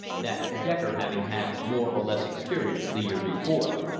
that decker having had more or less experience the year before.